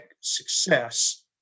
success